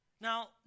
Now